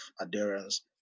adherence